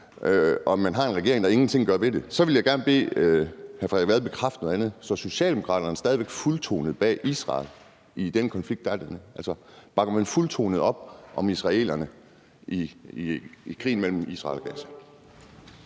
når man har en regering, der ingenting gør ved det, så vil jeg gerne bede hr. Frederik Vad bekræfte noget andet. Står Socialdemokraterne stadig fuldtonet bag Israel i den konflikt, der er dernede? Bakker man fuldtonet op om israelerne i krigen mellem Israel og Gaza?